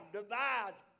divides